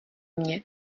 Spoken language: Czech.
mně